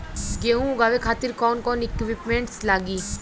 गेहूं उगावे खातिर कौन कौन इक्विप्मेंट्स लागी?